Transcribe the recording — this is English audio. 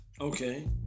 Okay